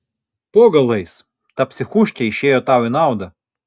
po galais ta psichuškė išėjo tau į naudą